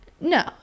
No